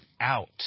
out